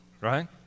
right